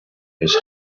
his